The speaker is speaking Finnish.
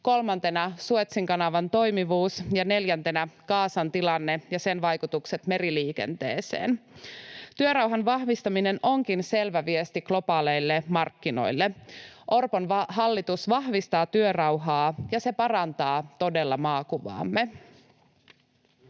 kolmantena Suezin kanavan toimivuus ja neljäntenä Gazan tilanne ja sen vaikutukset meriliikenteeseen. Työrauhan vahvistaminen onkin selvä viesti globaaleille markkinoille. Orpon hallitus vahvistaa työrauhaa, ja se parantaa todella maakuvaamme.